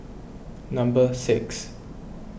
number six